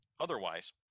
otherwise